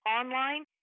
online